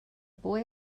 boy